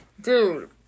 dude